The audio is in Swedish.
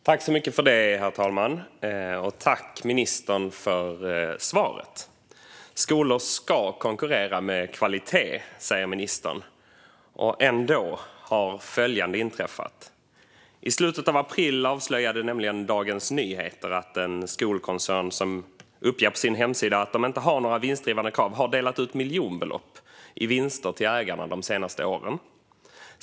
Herr talman! Tack, ministern, för svaret! Skolor ska konkurrera med kvalitet, säger ministern, och ändå har följande inträffat. I slutet av april avslöjade Dagens Nyheter att en skolkoncern som på sin hemsida uppger att man inte har några vinstdrivande krav har delat ut miljonbelopp i vinster till ägarna de senaste åren.